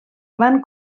van